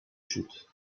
chute